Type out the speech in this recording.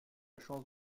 chance